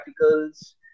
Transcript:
articles